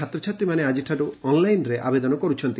ଛାତ୍ରଛାତ୍ରୀମାନେ ଆଜିଠାରୁ ଅନଲାଇନରେ ଆବେଦନ କରୁଛନ୍ତି